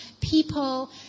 people